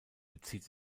bezieht